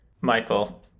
Michael